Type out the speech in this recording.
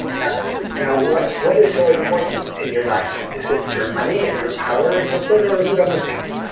now you know what what is so important in your life? is it your money and your power and so forth? or is it other things?